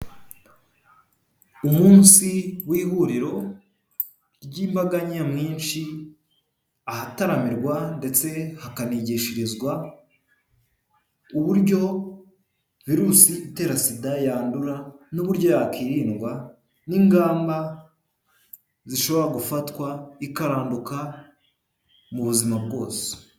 Umunsi w'ihuriro ry'imbaga nyamwinshi ahataramirwa ndetse hakanigishirizwa uburyo virusi itera sida yandura n'uburyo yakwirindwa n'ingamba zishobora gufatwakaranduka mu buzima bwose.